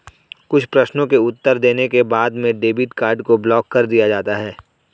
कुछ प्रश्नों के उत्तर देने के बाद में डेबिट कार्ड को ब्लाक कर दिया जाता है